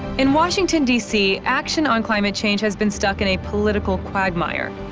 in washington, d c, action on climate change has been stuck in a political quagmire.